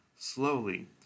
slowly